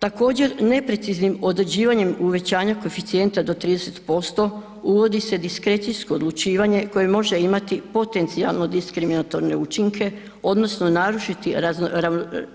Također nepreciznim određivanjem uvećanja koeficijenta do 30% uvodi se diskrecijsko odlučivanje koje može imati potencijalno diskriminatorne učinke odnosno narušiti